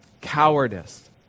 cowardice